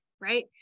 right